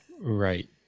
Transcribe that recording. Right